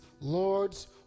lords